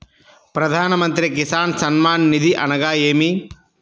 ప్రధాన మంత్రి కిసాన్ సన్మాన్ నిధి అనగా ఏమి?